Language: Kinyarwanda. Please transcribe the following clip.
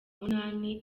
munani